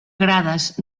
grades